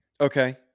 Okay